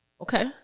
Okay